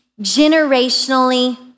generationally